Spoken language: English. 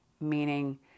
meaning